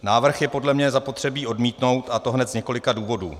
Návrh je podle mě zapotřebí odmítnout, a hned z několika důvodů.